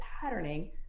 patterning